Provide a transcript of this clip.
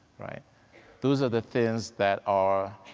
those are the things that are,